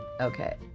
okay